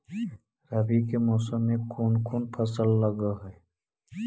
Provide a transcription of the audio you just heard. रवि के मौसम में कोन कोन फसल लग है?